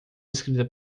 escrita